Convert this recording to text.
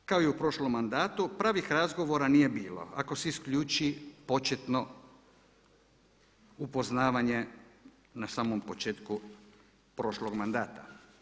S MOST-om kao i u prošlom mandatu pravih razgovora nije bilo, ako se isključi početno upoznavanje na samom početku prošlog mandata.